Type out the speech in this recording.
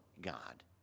God